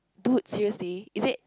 dude seriously is it